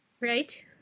Right